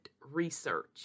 research